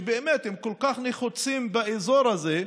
שבאמת כל כך נחוצים באזור הזה,